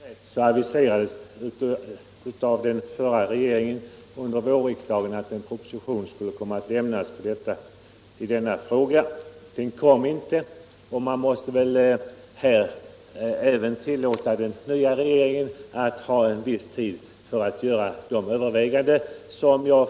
Herr talman! Om jag minns rätt aviserades det av den förra regeringen Onsdagen den att en proposition skulle komma i denna fråga under vårriksdagen. Den 24 november 1976 kom inte, och man måste väl här tillåta även den nya regeringen en viss tid för att göra de överväganden som behövs.